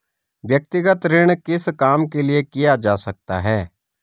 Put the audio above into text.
व्यक्तिगत ऋण किस काम के लिए किया जा सकता है?